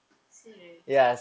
serious